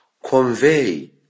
convey